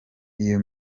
iyo